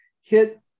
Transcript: hit